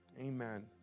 amen